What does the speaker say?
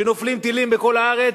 כשנופלים טילים בכל הארץ,